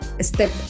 step